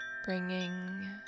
bringing